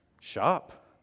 shop